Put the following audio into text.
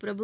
பிரபு